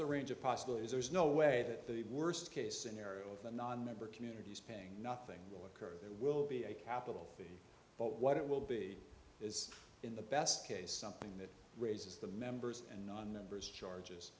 the range of possible is there's no way that the worst case scenario of the nonmember community is paying nothing will occur there will be a capital but what it will be is in the best case something that raises the members and nonmembers charges